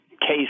case